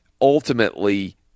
ultimately